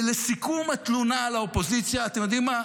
ולסיכום, התלונה על האופוזיציה, אתם יודעים מה?